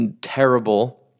terrible